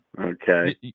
Okay